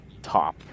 top